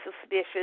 suspicious